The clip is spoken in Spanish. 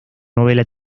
novela